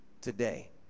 today